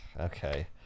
Okay